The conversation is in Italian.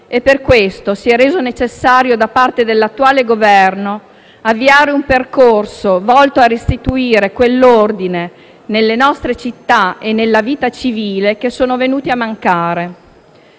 e per questo si è reso necessario, da parte dell'attuale Governo, avviare un percorso volto a restituire quell'ordine nelle nostre città e nella vita civile che è venuto a mancare.